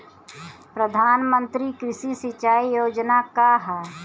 प्रधानमंत्री कृषि सिंचाई योजना का ह?